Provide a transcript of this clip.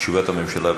תשובת הממשלה.